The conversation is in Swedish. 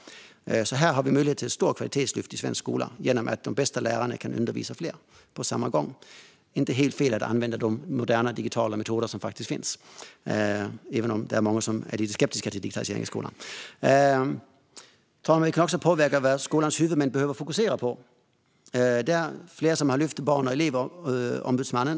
Här finns utrymme för ett stort kvalitetslyft i svensk skola genom att de bästa lärarna kan undervisa fler på samma gång. Det är inte helt fel att använda de moderna digitala metoder som finns, även om många är skeptiska till digitalisering i skolan. Fru talman! Vi kan också påverka vad skolans huvudmän behöver fokusera på. Flera har tagit upp Barn och elevombudet.